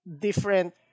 different